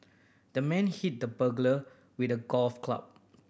the man hit the burglar with a golf club